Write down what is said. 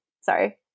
sorry